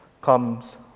comes